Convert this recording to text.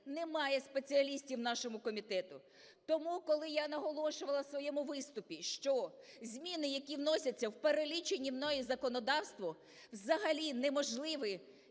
немає спеціалістів нашому комітету. Тому, коли я наголошувала у своєму виступі, що зміни, які вносяться в перелічене мною законодавство, взагалі неможливі